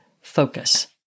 focus